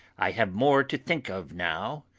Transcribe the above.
i have more to think of now,